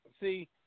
See